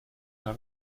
klar